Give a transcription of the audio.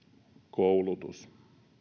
koulutus